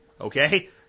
Okay